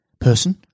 person